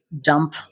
dump